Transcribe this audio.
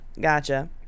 gotcha